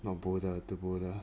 orh boulder to boulder